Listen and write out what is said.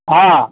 हाँ